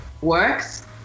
works